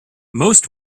most